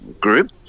group